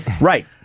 Right